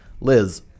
Liz